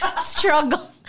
Struggle